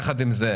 יחד עם זה,